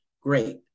Great